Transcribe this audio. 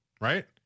right